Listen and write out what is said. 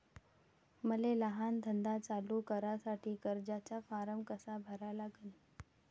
मले लहान धंदा चालू करासाठी कर्जाचा फारम कसा भरा लागन?